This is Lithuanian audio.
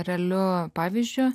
realiu pavyzdžiu